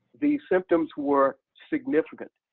the symptoms were significant,